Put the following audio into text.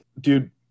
Dude